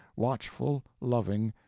watchful, loving,